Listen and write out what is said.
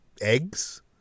eggs